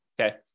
okay